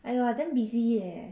!aiyo! I damn busy eh